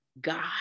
God